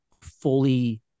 fully